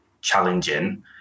challenging